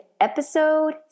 episode